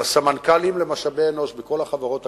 לסמנכ"לים למשאבי אנוש בכל החברות הגדולות.